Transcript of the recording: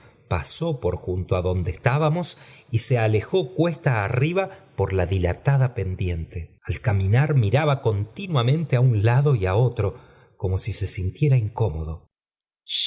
pasó por junio á donde estábanlos y se alejó cuesta arriba por la dilatada pendiente al caminar miraba continuamente a un lado y a otio como si se sintiera incómodo